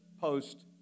post